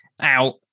out